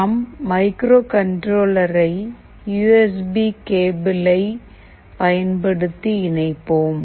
நாம் மைக்ரோகண்ட்ரோலரரை U S B கேபிள்ளை பயன்படுத்தி இணைப்போம்